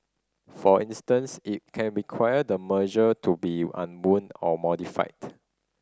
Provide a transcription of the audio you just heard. for instance it can require the merger to be unwound or modified